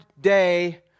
day